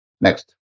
Next